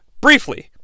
briefly